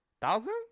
Thousand